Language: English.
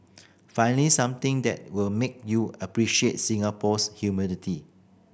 finally something that will make you appreciate Singapore's humidity